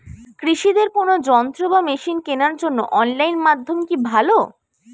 কৃষিদের কোন যন্ত্র বা মেশিন কেনার জন্য অনলাইন মাধ্যম কি ভালো?